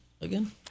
again